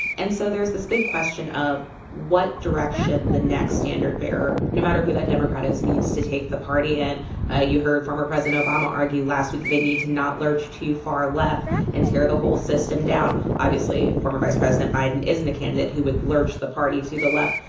and so there's this big question of what direction the next standard-bearer, no matter who that democrat is, needs to take the party in ah you heard former president obama argue last week that they need to not lurch too far left and tear the whole system down. obviously, former vice president biden isn't a candidate who would lurch the party to the left.